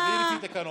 תדעי לפי תקנון.